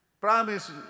Promise